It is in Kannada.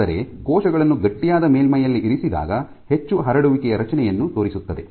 ಆದರೆ ಕೋಶಗಳನ್ನು ಗಟ್ಟಿಯಾದ ಮೇಲ್ಮೈಯಲ್ಲಿ ಇರಿಸಿದಾಗ ಹೆಚ್ಚು ಹರಡುವಿಕೆಯ ರಚನೆಯನ್ನು ತೋರಿಸುತ್ತದೆ